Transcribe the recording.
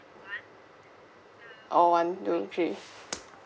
oh one two three